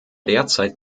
derzeit